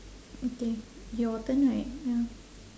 okay your turn right ya